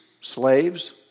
slaves